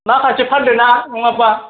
माखासे फानदोना नङाबा